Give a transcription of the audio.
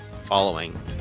Following